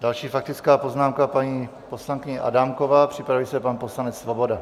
Další faktická poznámka paní poslankyně Adámková, připraví se pan poslanec Svoboda.